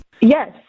Yes